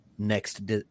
next